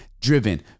Driven